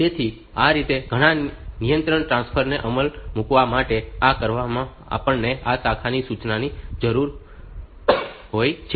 તેથી આ રીતે ઘણા નિયંત્રણ ટ્રાન્સફર ને અમલમાં મૂકવા માટે અને આ કરવા માટે આપણને આ શાખા સૂચનાઓ ની જરૂર હોય છે